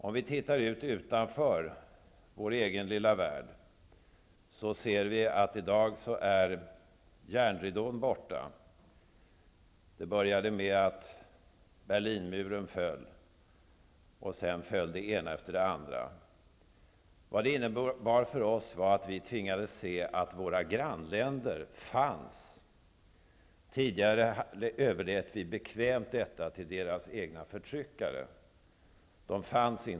Om vi tittar utanför vår egen lilla värld ser vi att järnridån i dag är borta. Det började med att Berlinmuren föll, och sedan föll det ena efter det andra. För oss innebar det att vi tvingades se att våra grannländer fanns. Tidigare överlät vi bekvämt detta till deras egna förtryckare.